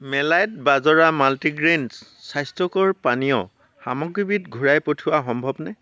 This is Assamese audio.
মেলাইট বাজৰা মাল্টিগ্ৰেইন স্বাস্থ্যকৰ পানীয় সামগ্ৰীবিধ ঘূৰাই পঠিওৱা সম্ভৱনে